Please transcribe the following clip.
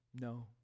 No